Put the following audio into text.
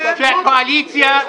שנייה,